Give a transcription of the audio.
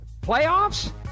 playoffs